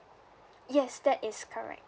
yes that is correct